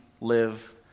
live